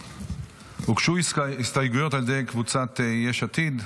הוגשו הסתייגויות על ידי קבוצת סיעת יש עתיד,